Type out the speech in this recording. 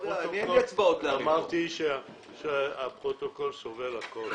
אמרתי שהפרוטוקול סובל הכול.